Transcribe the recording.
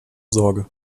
sorge